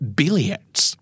billiards